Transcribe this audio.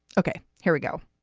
ok, here we go